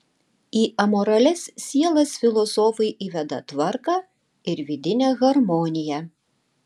į amoralias sielas filosofai įveda tvarką ir vidinę harmoniją